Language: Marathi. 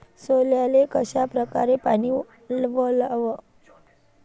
सोल्याले कशा परकारे पानी वलाव?